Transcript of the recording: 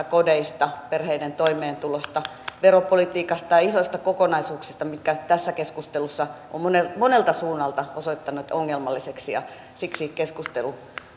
kodeista perheiden toimeentulosta veropolitiikasta ja isoista kokonaisuuksista mikä tässä keskustelussa on monelta monelta suunnalta osoittautunut ongelmalliseksi ja siksi keskustelu